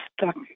stuck